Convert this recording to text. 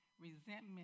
resentment